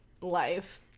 Life